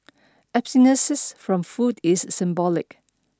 abstinences from food is symbolic